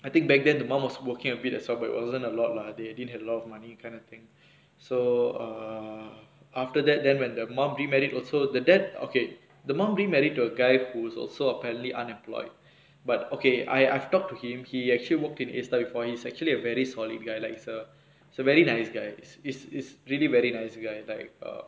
I think back then the mum was working a bit as well but it wasn't a lot lah they didn't have a lot of money kind of thing so err after that then when the mum remarried also the dad okay the mum remarried to a guy who is also apparently unemployed but okay I I've talked to him he actually worked in A star before he's actually a very solid guy like is a is a very nice guys is is really very nice you guys like err